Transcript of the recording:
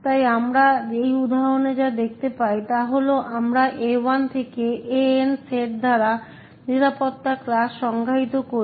তাই আমরা এই উদাহরণে যা দেখতে পাই তা হল আমরা A1 থেকে AN সেট দ্বারা নিরাপত্তা ক্লাস সংজ্ঞায়িত করি